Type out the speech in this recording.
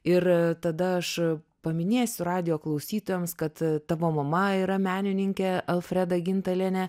ir tada aš paminėsiu radijo klausytojams kad tavo mama yra menininkė alfreda gintalienė